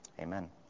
Amen